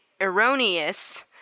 erroneous